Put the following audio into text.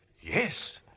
Yes